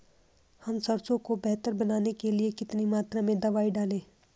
हम सरसों को बेहतर बनाने के लिए कितनी मात्रा में दवाई डालें?